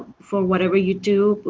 from whatever you do,